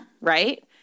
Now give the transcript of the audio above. Right